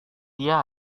dia